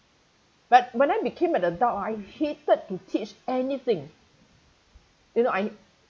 but when I became an adult ah I hated to teach anything you know I